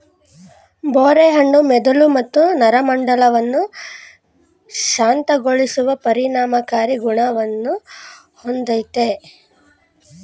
ಬೋರೆ ಹಣ್ಣು ಮೆದುಳು ಮತ್ತು ನರಮಂಡಲವನ್ನು ಶಾಂತಗೊಳಿಸುವ ಪರಿಣಾಮಕಾರಿ ಗುಣವನ್ನು ಹೊಂದಯ್ತೆ